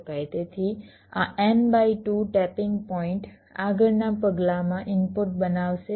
તેથી આ N by 2 tapping point આગળના પગલામાં ઇનપુટ બનાવશે